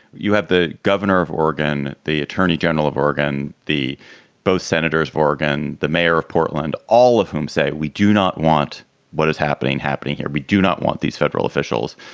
you have the governor of oregon, the attorney general of oregon, the both senators of oregon, the mayor of portland, all of whom say we do not want what is happening happening here. we do not want these federal officials.